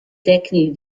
tecniche